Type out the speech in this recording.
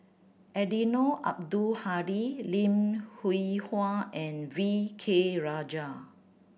Eddino Abdul Hadi Lim Hwee Hua and V K Rajah